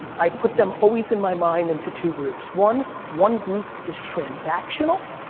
i put them always in my mind into two groups. one one group is transactional,